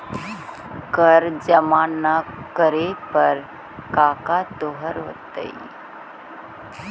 कर जमा ना करे पर कका होतइ?